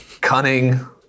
cunning